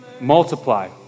multiply